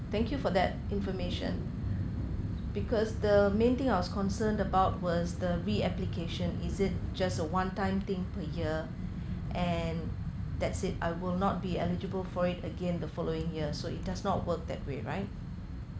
thank you for that information because the main thing I was concerned about was the reapplication is it just a one time thing per year and that's it I will not be eligible for it again the following year so it does not work that way right